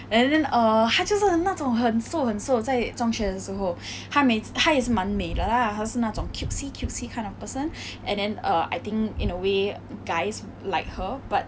and then err 他就是那种很瘦很瘦在中学的时候他每次他也是蛮美的 lah 他是那种 cutesy cutesy kind of person and then err I think in a way guys like her but